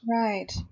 Right